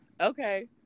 okay